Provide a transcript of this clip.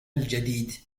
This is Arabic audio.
الجديد